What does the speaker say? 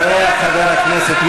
"כל החיילים"